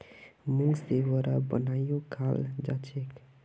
मूंग से वड़ा बनएयों खाल जाछेक